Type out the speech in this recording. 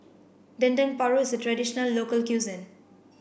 Dendeng Paru is a traditional local cuisine